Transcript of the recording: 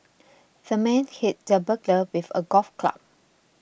the man hit the burglar with a golf club